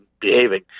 behaving